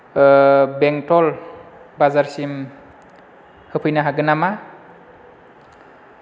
बेंटल बाजारसिम होफैनो हागोन नामा